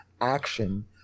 action